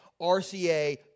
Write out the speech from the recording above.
RCA